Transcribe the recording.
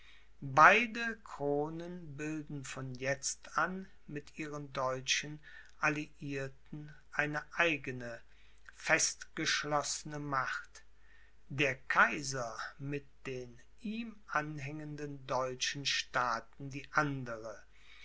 beide kronen bilden von jetzt an mit ihren deutschen alliierten eine eigene fest geschlossene macht der kaiser mit den ihm anhängenden deutschen staaten die andere